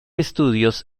estudios